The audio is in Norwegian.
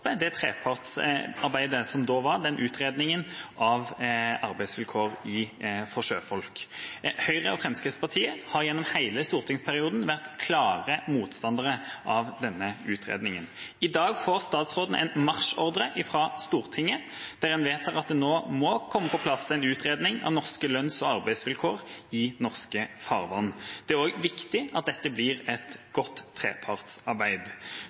det trepartssamarbeidet som da var – utredningen av arbeidsvilkår for sjøfolk. Høyre og Fremskrittspartiet har gjennom hele stortingsperioden vært klare motstandere av denne utredningen. I dag får statsråden en marsjordre fra Stortinget, der en vedtar at det nå må komme på plass en utredning av norske lønns- og arbeidsvilkår i norske farvann. Det er også viktig at dette blir